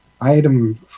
Item